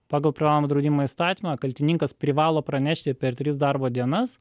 pagal privalomą draudimo įstatymą kaltininkas privalo pranešti per tris darbo dienas